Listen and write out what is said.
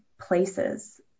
places